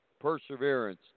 perseverance